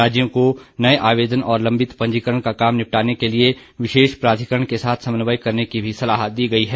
राज्यों को नए आवेदन और लंबित पंजीकरण का काम निपटाने के लिए विशेष प्राधिकरण के साथ समन्वय करने की भी सलाह दी गई है